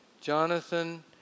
Jonathan